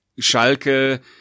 Schalke